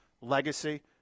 legacy